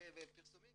לפרסומים וקמפיינים.